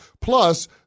Plus